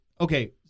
Okay